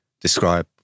describe